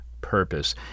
purpose